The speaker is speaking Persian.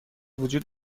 وجود